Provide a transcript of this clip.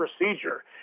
procedure